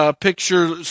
picture